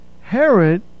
Herod